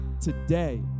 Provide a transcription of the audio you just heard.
today